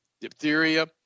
diphtheria